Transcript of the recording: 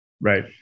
Right